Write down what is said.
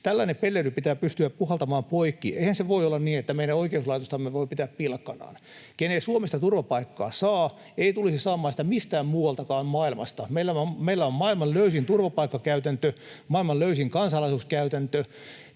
Tällainen pelleily pitää pystyä puhaltamaan poikki. Eihän se voi olla niin, että meidän oikeuslaitostamme voi pitää pilkkanaan. Ken ei Suomesta turvapaikkaa saa, ei tulisi saamaan sitä mistään muualtakaan maailmasta. Meillä on maailman löysin turvapaikkakäytäntö, maailman löysin kansalaisuuskäytäntö.